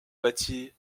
bâtie